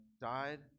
died